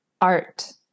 Art